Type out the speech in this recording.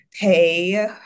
pay